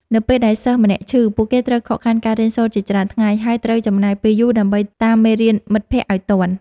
នៅពេលដែលសិស្សម្នាក់ឈឺ ពួកគេត្រូវខកខានការរៀនសូត្រជាច្រើនថ្ងៃ ហើយ ត្រូវចំណាយពេលយូរដើម្បីតាមមេរៀនមិត្តភក្តិឱ្យទាន់។